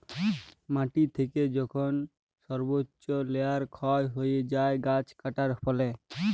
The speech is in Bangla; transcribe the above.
মাটি থেকে যখল সর্বচ্চ লেয়ার ক্ষয় হ্যয়ে যায় গাছ কাটার ফলে